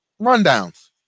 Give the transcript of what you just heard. rundowns